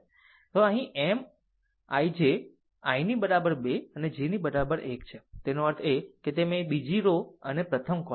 તો અહીં M I j i ની બરાબર 2 અને j બરાબર 1 બરાબર છે તેનો અર્થ તમે બીજી રો અને પ્રથમ કોલમ